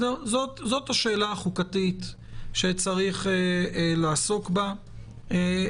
זאת השאלה החוקתית שצריך לעסוק בה.